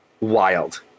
wild